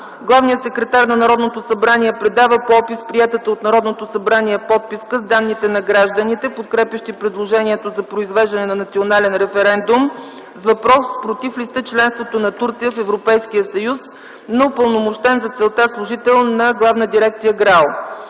главният секретар на Народното събрание предава по опис приетата от Народното събрание подписка с данните на гражданите, подкрепящи предложението за произвеждане на национален референдум с въпрос: „Против ли сте членството на Турция в Европейския съюз?” на упълномощен за целта служител на Главна дирекция ГРАО;